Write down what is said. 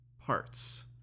parts